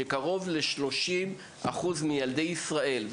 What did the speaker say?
שקרוב ל-30% מילדי ישראל,